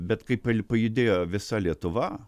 bet kaip pajudėjo visa lietuva